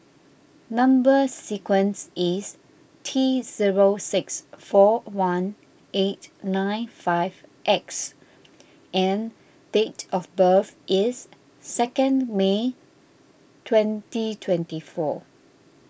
Number Sequence is T zero six four one eight nine five X and date of birth is second May twenty twenty four